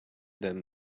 them